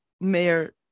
Mayor